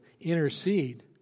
intercede